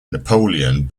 napoleon